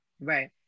Right